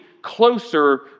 closer